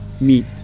meet